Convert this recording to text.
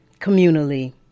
communally